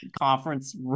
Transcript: conference